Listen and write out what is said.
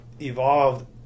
evolved